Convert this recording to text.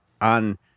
on